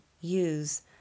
use